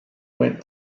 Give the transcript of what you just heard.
win